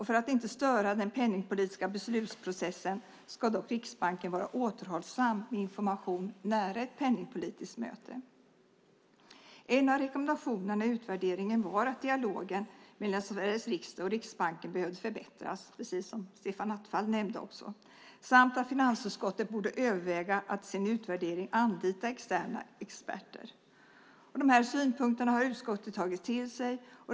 För att inte störa den penningpolitiska beslutsprocessen ska dock Riksbanken vara återhållsam med information nära ett penningpolitiskt möte. En av rekommendationerna i utvärderingen var att dialogen mellan Sveriges riksdag och Riksbanken behövde förbättras, precis som Stefan Attefall nämnde, samt att finansutskottet borde överväga att i sin utvärdering anlita externa experter. Dessa synpunkter har utskottet tagit till sig.